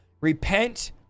Repent